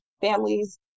families